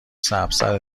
سبزتر